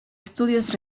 estudios